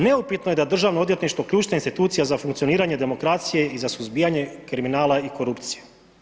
Neupitno je da je državno odvjetništvo ključna institucija za funkcioniranje demokracije i za suzbijanje kriminala i korupcije.